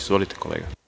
Izvolite, kolega.